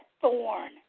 thorn